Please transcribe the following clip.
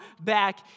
back